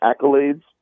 accolades